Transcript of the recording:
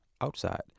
outside